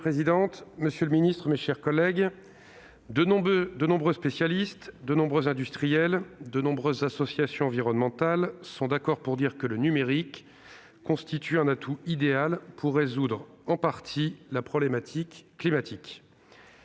monsieur le secrétaire d'État, mes chers collègues, de nombreux spécialistes, de nombreux industriels, de nombreuses associations environnementales sont d'accord pour dire que le numérique constitue un atout idéal pour résoudre en partie la problématique climatique.